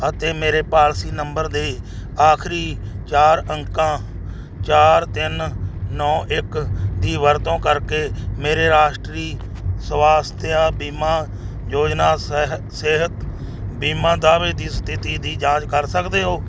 ਅਤੇ ਮੇਰੇ policy number ਦੇ ਆਖਰੀ ਚਾਰ ਅੰਕਾਂ ਚਾਰ ਤਿੰਨ ਨੌਂ ਇੱਕ ਦੀ ਵਰਤੋਂ ਕਰਕੇ ਮੇਰੇ ਰਾਸ਼ਟਰੀ ਸਵਾਸਥ ਬੀਮਾ ਯੋਜਨਾ ਸਿਹ ਸਿਹਤ ਬੀਮਾ ਦਾਅਵੇ ਦੀ ਸਥਿਤੀ ਦੀ ਜਾਂਚ ਕਰ ਸਕਦੇ ਹੋ